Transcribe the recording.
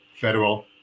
federal